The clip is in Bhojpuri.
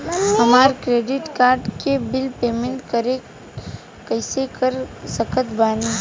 हमार क्रेडिट कार्ड के बिल पेमेंट कइसे कर सकत बानी?